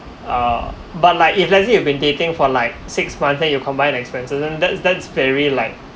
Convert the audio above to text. uh but like if let's say you been dating for like six months then you combine the expenses then that's that's very like